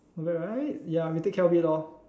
not bad right ya we take care of it lah